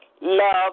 love